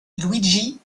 luigi